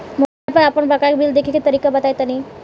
Mobile पर आपन बाकाया बिल देखे के तरीका बताईं तनि?